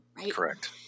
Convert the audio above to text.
Correct